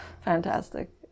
fantastic